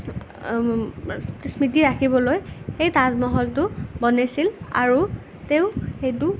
স্মৃতি ৰাখিবলৈ সেই তাজমহলটো বনাইছিল আৰু তেওঁ সেইটো